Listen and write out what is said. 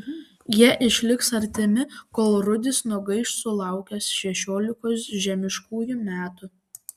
jie išliks artimi kol rudis nugaiš sulaukęs šešiolikos žemiškųjų metų